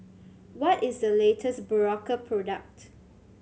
what is the latest Berocca product